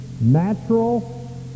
natural